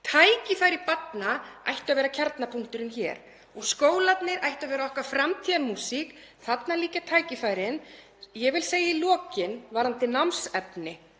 Tækifæri barna ættu að vera kjarnapunkturinn hér og skólarnir ættu að vera okkar framtíðarmúsík. Þarna liggja tækifærin. Ég vil segja í lokin varðandi námsefni